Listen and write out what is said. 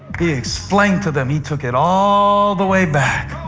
he explained to them, he took it all the way back